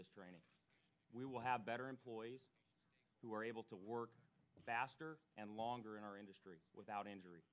this training we will have better employees who are able to work faster and longer in our industry without injury